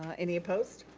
ah any opposed?